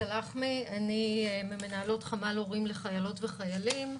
אני ממנהלות חמ"ל הורים לחיילות וחיילים.